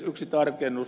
yksi tarkennus